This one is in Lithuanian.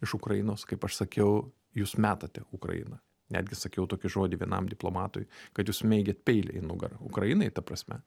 iš ukrainos kaip aš sakiau jūs metate ukrainą netgi sakiau tokį žodį vienam diplomatui kad jūs smeigiat peilį į nugarą ukrainai ta prasme